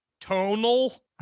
tonal